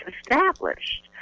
established